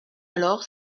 alors